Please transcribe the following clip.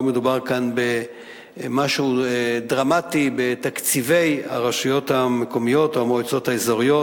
לא מדובר פה במשהו דרמטי בתקציבי הרשויות המקומיות או המועצות האזוריות,